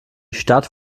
stadt